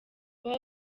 paul